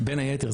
בין היתר,